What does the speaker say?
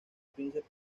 princess